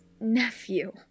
nephew